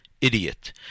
idiot